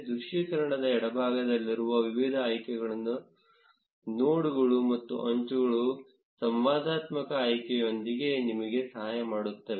ದೃಶ್ಯೀಕರಣದ ಎಡಭಾಗದಲ್ಲಿರುವ ವಿವಿಧ ಆಯ್ಕೆಗಳು ನೋಡ್ಗಳು ಮತ್ತು ಅಂಚುಗಳ ಸಂವಾದಾತ್ಮಕ ಆಯ್ಕೆಯೊಂದಿಗೆ ನಿಮಗೆ ಸಹಾಯ ಮಾಡುತ್ತವೆ